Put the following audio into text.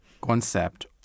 concept